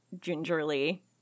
gingerly